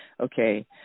okay